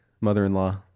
mother-in-law